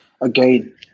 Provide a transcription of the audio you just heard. Again